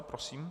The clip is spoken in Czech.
Prosím.